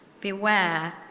Beware